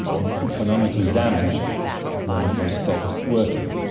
and economically damaged when they stop working.